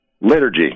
liturgy